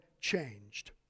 changed